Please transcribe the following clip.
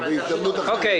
בהזדמנות אחרת.